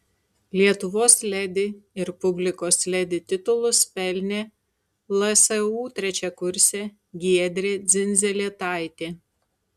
lietuvos ledi ir publikos ledi titulus pelnė lsu trečiakursė giedrė dzindzelėtaitė